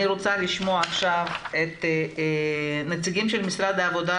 אני רוצה לשמוע עכשיו את הנציגים של משרד העבודה,